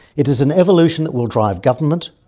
it is an evolution that will drive government,